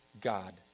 God